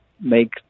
make